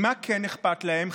ממה כן אכפת להם,